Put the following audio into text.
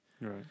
Right